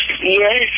Yes